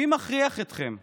מי מכריח אתכם?